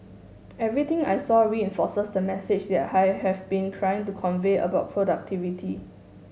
everything I saw reinforces the message I have been trying to convey about productivity